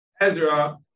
Ezra